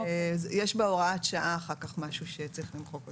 יש בהוראת שעה אחר כך משהו שצריך למחוק אותו.